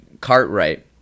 Cartwright